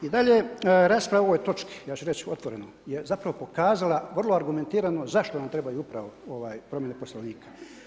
I dalje, rasprava o ovoj točki ja ću reći otvoreno, je zapravo pokazala vrlo argumentirano zašto nam treba upravo promjene Poslovnika.